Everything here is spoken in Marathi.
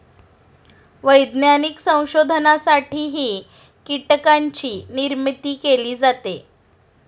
वैज्ञानिक संशोधनासाठीही कीटकांची निर्मिती केली जाते